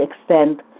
extent